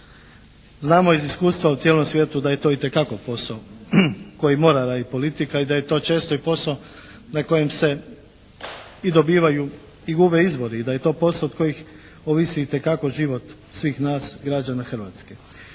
Znamo iz iskustva u cijelom svijetu da je to itekako posao kojeg mora raditi politika i da je to često i posao na kojem se i dobivaju i gube izbori i da je to posao od kojih ovisi itekako život svih nas građana Hrvatske.